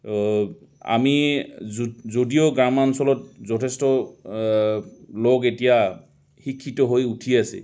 আমি য যদিও গ্ৰাম্যাঞ্চলত যথেষ্ট লগ এতিয়া শিক্ষিত হৈ উঠি আছে